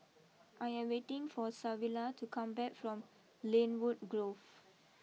I am waiting for Savilla to come back from Lynwood Grove